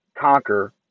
conquer